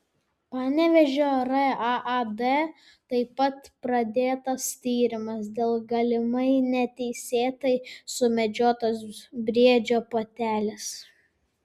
panevėžio raad taip pat pradėtas tyrimas dėl galimai neteisėtai sumedžiotos briedžio patelės